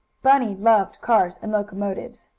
bunny loved cars and locomotives.